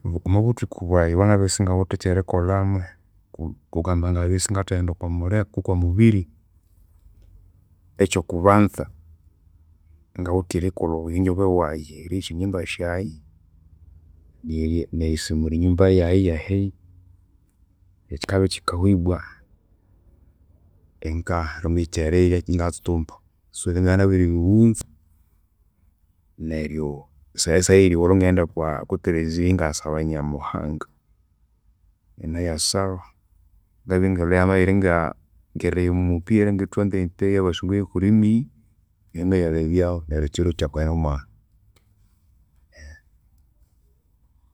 Omwabuthuku bwayi obwangabya isingawithe ekyerikolhamu, kukagamba ngamabya isingathaghenda okwamuli okwamubiri, ekyokubanza ngawithe erikolha obuyonjo bwewayi. Eryoya esyanjimba syayi neri nerisumura enyumba yayi iyahenia, ekyo kyikabya kyikahwa ibwa, ingayarondya ekyerirya ingatsumba. So ebyo ngabya nabiribighunza, neryo esaha eyerigholho ingaghenda okwakelezia ingayasaba nyamuhanga. Ingayasaba, ngabya ingalhwayu yamabya iyiringa ngerirebya omupira kokuthwanzire emipira eyabasungu eye'premier, ingayalebyaghu neryo ekyiro ikyahweramu ahu.